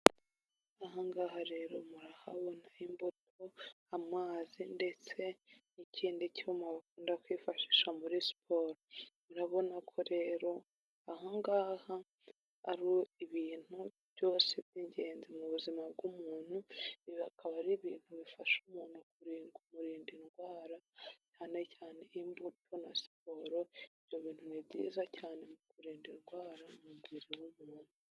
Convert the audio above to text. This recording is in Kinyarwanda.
Aha ngaha rero murahabona imbuto, amazi ndetse n'ikindi cyuma bakunda kwifashisha muri siporo. Murabona ko rero aha ngaha ari ibintu byose by'ingenzi mu buzima bw'umuntu, ibi bikaba ari ibintu bifasha umuntu kumurinda indwara, cyane cyane imbuto na siporo; ibyo bintu ni byiza cyane mu kurinda indwara mu mubiri w'umuntu.